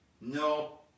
no